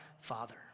Father